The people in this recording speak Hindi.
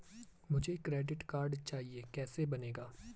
मुझे क्रेडिट कार्ड चाहिए कैसे बनेगा?